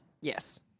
yes